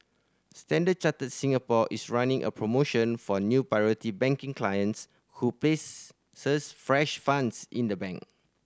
Standard Chartered Singapore is running a promotion for new Priority Banking clients who places fresh funds in the bank